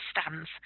stands